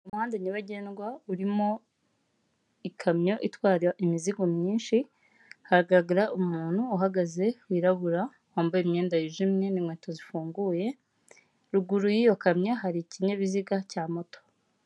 Umuhanda nyabagendwa urimo ikamyo itwara imizigo myinshi, haragaragara umuntu uhagaze wirabura wambaye imyenda yijimye n'inkweto zifunguye, ruguru y'iyo kamyo hari ikinyabiziga cya moto.